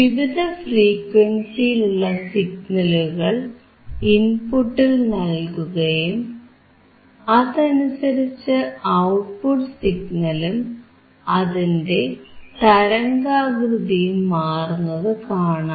വിവിധ ഫ്രീക്വൻസിയിലുള്ള സിഗ്നലുകൾ ഇൻപുട്ടിൽ നൽകുകയും അതനുസരിച്ച് ഔട്ട്പുട്ട് സിഗ്നലും അതിന്റെ തരംഗാകൃതിയും മാറുന്നത് കാണാം